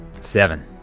Seven